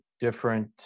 different